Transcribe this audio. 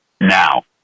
now